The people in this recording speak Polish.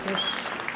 Proszę.